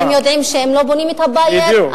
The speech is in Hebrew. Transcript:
הם יודעים שאם לא בונים את הבית, בדיוק.